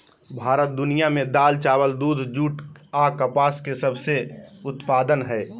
भारत दुनिया में दाल, चावल, दूध, जूट आ कपास के सबसे उत्पादन हइ